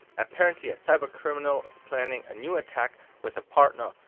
apparently a cybercriminal is planning a new attack with a partner,